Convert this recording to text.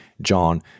John